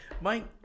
Mike